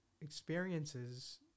experiences